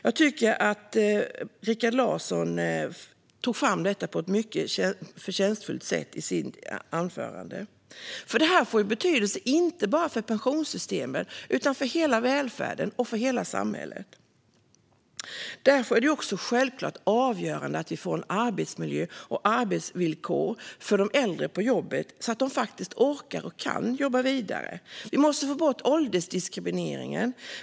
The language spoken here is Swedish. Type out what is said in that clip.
Jag tycker att Rikard Larsson framförde detta på ett mycket förtjänstfullt sätt i sitt anförande. Det här får ju betydelse inte bara för pensionssystemet, utan för hela välfärden och för hela samhället. Därför är det också självklart avgörande att vi får en arbetsmiljö och arbetsvillkor som gör att de äldre orkar och kan jobba vidare. Vi måste få bort åldersdiskrimineringen.